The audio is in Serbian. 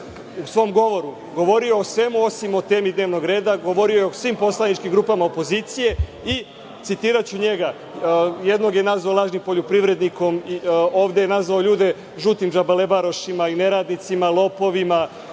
u svom govoru govorio o svemu osim o temi dnevnog reda. Govorio je o svim poslaničkim grupama opozicije i citiraću njega – jednog je nazvao lažnim poljoprivrednikom, ovde je nazvao ljude žutim džabalebarošima i neradnicima, lopovima.